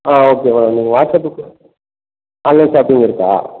ஆ okay madam நீங்கள் வாட்ஸ்அப்புக்கு online shopping இருக்கா